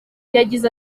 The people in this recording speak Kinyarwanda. yagize